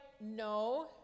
no